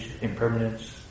impermanence